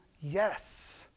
yes